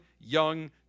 young